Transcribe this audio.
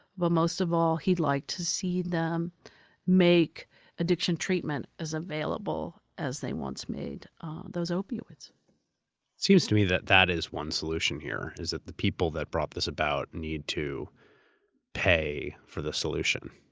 but most of all he'd like to see them make addiction treatment as available as they once made those opioids. it seems to me that that is one solution here is that the people that brought this about need to pay for the solution.